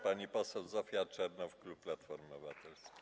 Pani poseł Zofia Czernow, klub Platformy Obywatelskiej.